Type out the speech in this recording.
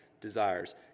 desires